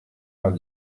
vingt